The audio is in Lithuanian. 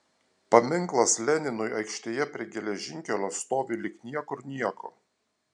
paminklas leninui aikštėje prie geležinkelio stovi lyg niekur nieko